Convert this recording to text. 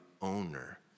owner